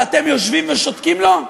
ואתם יושבים ושותקים לו?